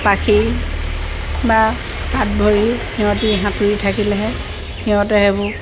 পাখি বা হাত ভৰি সিহঁতে সাঁতুৰিলেহে সিহঁতে সেইবোৰ